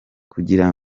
kugira